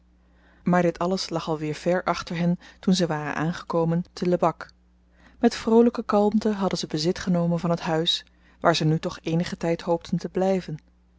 maar dit alles lag al weer ver achter hen toen zy waren aangekomen te lebak met vroolyke kalmte hadden zy bezit genomen van het huis waar ze nu toch eenigen tyd hoopten te blyven